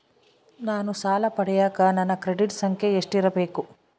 ನಾನು ಸಾಲ ಪಡಿಯಕ ನನ್ನ ಕ್ರೆಡಿಟ್ ಸಂಖ್ಯೆ ಎಷ್ಟಿರಬೇಕು?